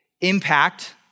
impact